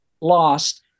lost